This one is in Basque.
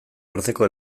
arteko